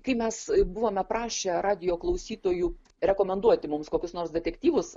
kai mes buvome prašę radijo klausytojų rekomenduoti mums kokius nors detektyvus